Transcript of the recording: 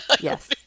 Yes